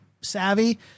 savvy